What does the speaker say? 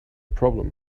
problem